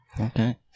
Okay